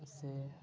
उससे